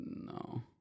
no